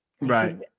Right